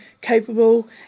capable